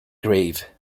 grave